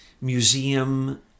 museum